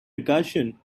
recursion